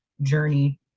journey